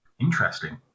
interesting